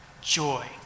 joy